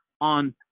on